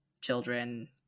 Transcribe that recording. children